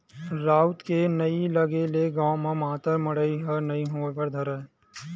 राउत के नइ लगे ले गाँव म मातर मड़ई ह नइ होय बर धरय